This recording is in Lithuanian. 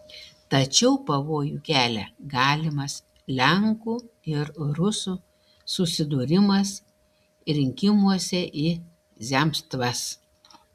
tačiau pavojų kelia galimas lenkų ir rusų susidūrimas rinkimuose į zemstvas